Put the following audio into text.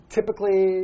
Typically